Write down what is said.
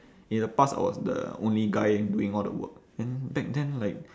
in the past I was the only guy doing all the work then back then like